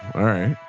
all right.